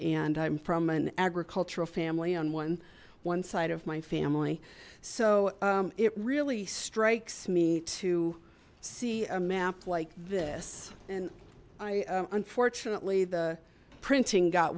and i'm from an agricultural family on one one side of my family so it really strikes me to see a map like this and i unfortunately the printing got